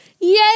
Yay